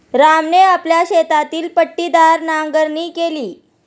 रामने आपल्या शेतातील पट्टीदार नांगरणी केली